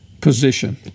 position